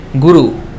guru